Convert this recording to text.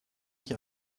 ich